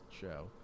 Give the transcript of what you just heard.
show